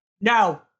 no